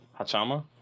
Hachama